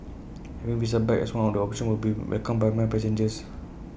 having visa back as one of the options will be welcomed by my passengers